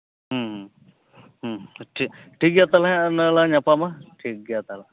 ᱴᱷᱤᱠ ᱜᱮᱭᱟ ᱛᱟᱦᱚᱞᱮ ᱚᱱᱟ ᱞᱟᱜ ᱧᱟᱯᱟᱢᱟ ᱴᱷᱤᱠ ᱜᱮᱭᱟ ᱛᱟᱦᱚᱞᱮ